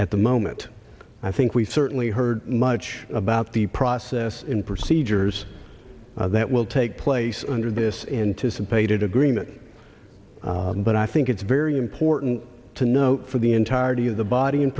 at the moment i think we certainly heard much about the process in procedures that will take place under this anticipated agreement but i think it's very important to note for the entirety of the body and